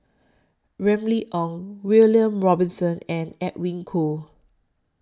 Remy Ong William Robinson and Edwin Koo